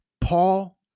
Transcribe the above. Paul